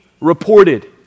reported